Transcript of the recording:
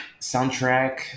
soundtrack